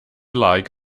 like